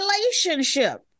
relationship